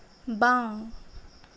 বাঁও